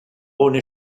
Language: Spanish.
bond